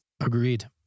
Agreed